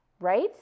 Right